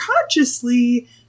consciously